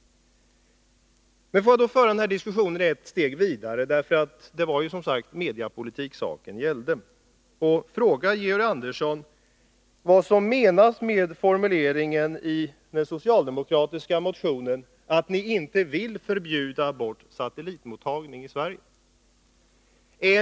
Men får jag föra diskussionen ett steg vidare — det var ju som sagt mediepolitik saken gällde — och fråga Georg Andersson vad som menas med formuleringen i den socialdemokratiska motionen om att ni inte vill förbjuda bort satellitmottagning i Sverige?